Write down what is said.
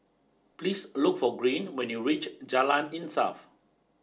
please look for Green when you reach Jalan Insaf